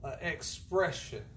expression